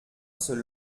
seul